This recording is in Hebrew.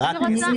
נטו כסף.